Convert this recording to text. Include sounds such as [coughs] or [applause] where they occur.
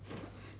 [coughs]